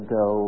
go